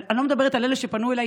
אני לא מדברת על אלה שפנו אליי,